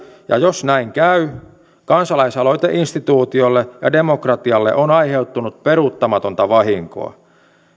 ja jos näin käy kansalaisaloiteinstituutiolle ja demokratialle on aiheutunut peruuttamatonta vahinkoa